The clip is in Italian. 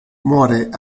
muore